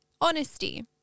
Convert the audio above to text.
honesty